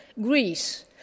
Greece